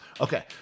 okay